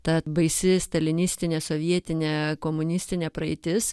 ta baisi stalinistinė sovietinė komunistinė praeitis